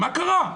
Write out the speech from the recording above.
מה קרה?